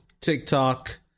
TikTok